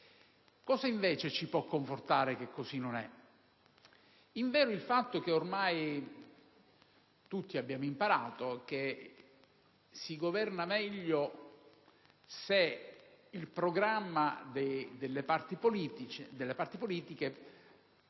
Cosa invece ci può confortare che così non è? Il fatto che tutti abbiamo imparato che si governa meglio se il programma delle parti politiche